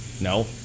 no